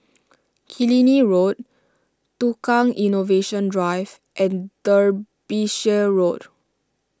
Killiney Road Tukang Innovation Drive and Derbyshire Road